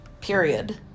period